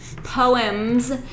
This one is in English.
poems